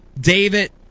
David